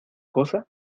cosa